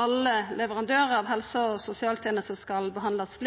alle leverandørar av helse- og sosialtenester skal behandlast